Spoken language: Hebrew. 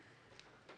העבודה,